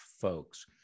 folks